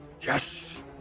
Yes